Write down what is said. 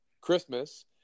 Christmas